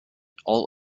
all